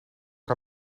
kan